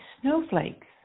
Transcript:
snowflakes